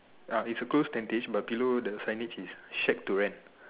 ah it's a closed tentage but below the signage is shack to rent